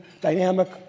dynamic